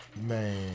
Man